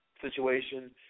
situation